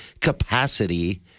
capacity